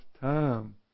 time